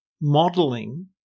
modeling